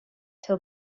till